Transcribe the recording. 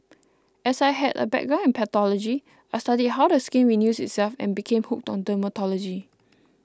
as I had a background in pathology I studied how the skin renews itself and became hooked on dermatology